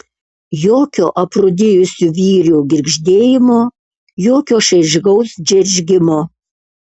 jokio aprūdijusių vyrių girgždėjimo jokio šaižaus džeržgimo